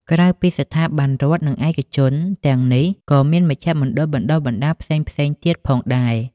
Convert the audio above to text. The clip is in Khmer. ក្រៅពីស្ថាប័នរដ្ឋនិងឯកជនទាំងនេះក៏មាន មជ្ឈមណ្ឌលបណ្តុះបណ្តាលផ្សេងៗ ទៀតផងដែរ។